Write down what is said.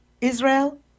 Israel